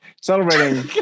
celebrating